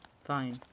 Fine